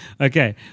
Okay